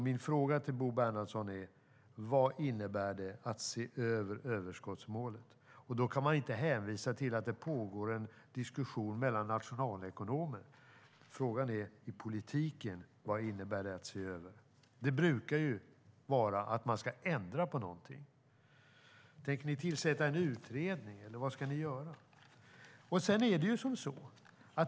Min fråga till Bo Bernhardsson är: Vad innebär det att se över överskottsmålet? Man kan inte hänvisa till att det pågår en diskussion mellan nationalekonomerna. Frågan är vad det i politiken innebär att se över målet. Att se över brukar innebära att man ska ändra på något. Tänker ni tillsätta en utredning, eller vad ska ni göra?